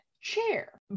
chair